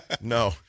No